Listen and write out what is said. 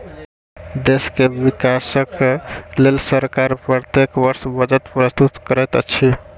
देश के विकासक लेल सरकार प्रत्येक वर्ष बजट प्रस्तुत करैत अछि